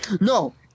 No